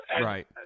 Right